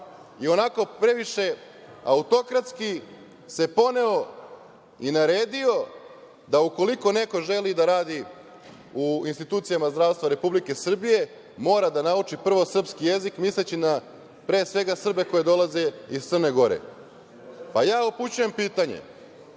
i onako previše autokratski se poneo i naredio da ukoliko neko želi da radi u institucijama zdravstva Republike Srbije mora da nauči prvo srpski jezik, misleći pre svega na Srbe koji dolaze iz Crne Gore. Ja upućujem pitanje,